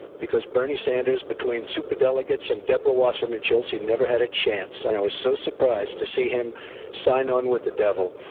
because bernie sanders, between superdelegates and debra wasserman schultz, he never had a chance and i was so surprised to see him sign on with the devil.